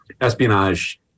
Espionage